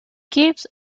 gives